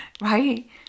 Right